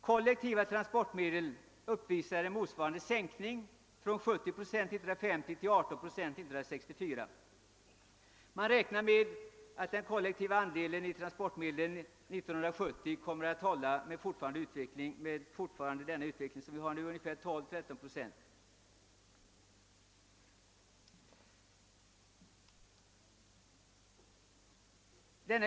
Kollektiva transportmedel uppvisar en motsvarande minskning från 70 procent 1950 till 18 procent 1964. Man räknar med att den kollektiva andelen i transportmedlen 1970 kommer att hålla, om nuvarande utveckling fortsätter, ungefär 12 å 13 procent.